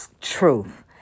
truth